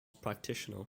practitioner